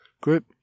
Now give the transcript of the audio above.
group